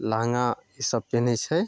लहँगा ई सब पेनहइ छै